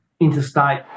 interstate